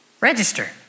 Register